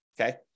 Okay